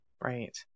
Right